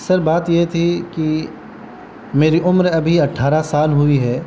سر بات یہ تھی کہ میری عمر ابھی اٹھارہ سال ہوئی ہے